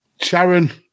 Sharon